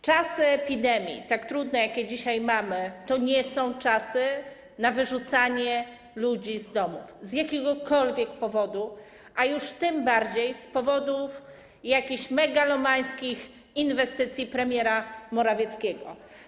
Trudne czasy epidemii, jakie dzisiaj mamy, to nie są czasy na wyrzucanie ludzi z domów z jakiegokolwiek powodu, a już tym bardziej z powodu jakichś megalomańskich inwestycji premiera Morawieckiego.